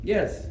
Yes